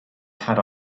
had